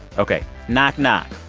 ok. knock knock